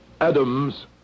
Adams